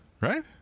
Right